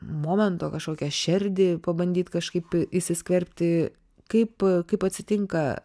momento kažkokią šerdį pabandyt kažkaip įsiskverbti kaip kaip atsitinka